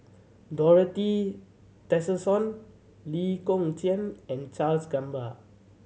Dorothy Tessensohn Lee Kong Chian and Charles Gamba